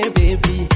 baby